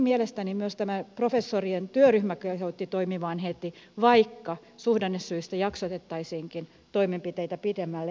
mielestäni myös professorien työryhmä kehotti toimimaan heti vaikka suhdannesyistä jaksotettaisiinkin toimenpiteitä pidemmälle ajalle